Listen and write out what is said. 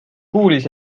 kuulis